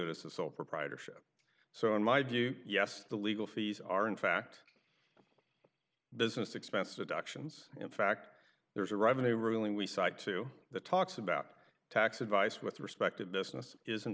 it as a sole proprietorship so in my view yes the legal fees are in fact business expense adoptions in fact there's a revenue ruling we cite to the talks about tax advice with respect to business is